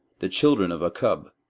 the children of akkub,